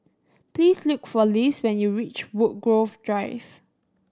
please look for Liz when you reach Woodgrove Drive